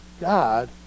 God